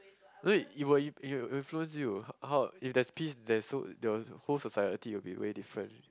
no need it will it will influence you how how if there's peace there's so the whole society will be way different